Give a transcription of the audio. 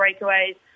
Breakaways